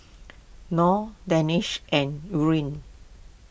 Nor Danish and Nurin